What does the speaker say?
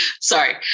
Sorry